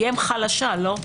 היא אם חלשה, לא?